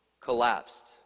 collapsed